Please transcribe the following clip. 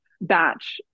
batch